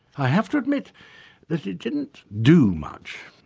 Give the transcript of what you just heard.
i have to admit that it didn't do much,